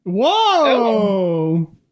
Whoa